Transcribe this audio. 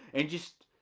and just